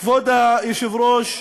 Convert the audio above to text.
כבוד היושב-ראש,